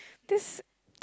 this